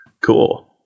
Cool